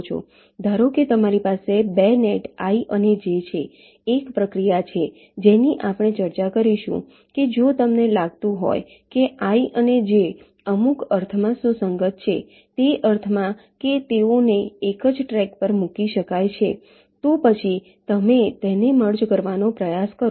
ધારો કે તમારી પાસે 2 નેટ i અને j છે એક પ્રક્રિયા છે જેની આપણે ચર્ચા કરીશું કે જો તમને લાગતું હોય કે i અને j અમુક અર્થમાં સુસંગત છે તે અર્થમાં કે તેઓને એક જ ટ્રેક પર મૂકી શકાય છે તો પછી તમે તેમને મર્જ કરવાનો પ્રયાસ કરો